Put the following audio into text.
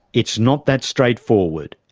it's not that straightforward.